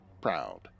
proud